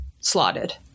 slotted